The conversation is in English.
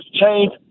change